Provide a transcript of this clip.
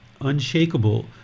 unshakable